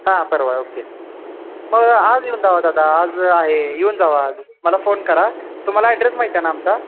हां परवा ओक्के मग आज येऊन जा दादा आज आहे येऊन जा आज मला फोन करा तुम्हाला ॲड्रेस माहीत आहे ना आमचा